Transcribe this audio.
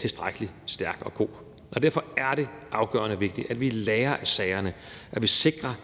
tilstrækkelig stærk og god. Kl. 13:14 Derfor er det afgørende vigtigt, at vi lærer af sagerne, og at vi sikrer,